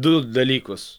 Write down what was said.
du dalykus